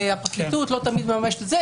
הפרקליטות לא תמיד מממשת את זה,